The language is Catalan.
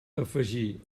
afegir